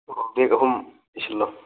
bag ꯑꯍꯨꯝ ꯏꯁꯤꯜꯂꯣ